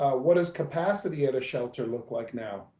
what does capacity at a shelter look like now?